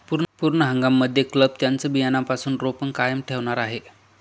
पूर्ण हंगाम मध्ये क्लब त्यांचं बियाण्यापासून रोपण कायम ठेवणार आहे